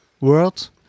world